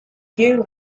you